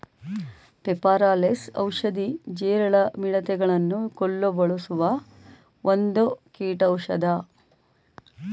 ಪೆಪಾರ ಲೆಸ್ ಔಷಧಿ, ಜೀರಳ, ಮಿಡತೆ ಗಳನ್ನು ಕೊಲ್ಲು ಬಳಸುವ ಒಂದು ಕೀಟೌಷದ